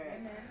Amen